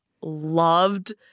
loved